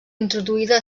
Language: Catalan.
introduïda